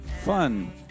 fun